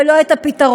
ולא את הפתרון.